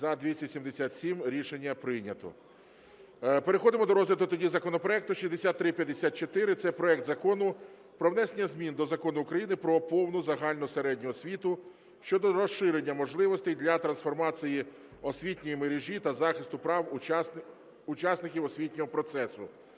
За-277 Рішення прийнято. Переходимо до розгляду тоді законопроекту 6354. Це проект Закону про внесення змін до Закону України "Про повну загальну середню освіту" щодо розширення можливостей для трансформації освітньої мережі та захисту прав учасників освітнього процесу.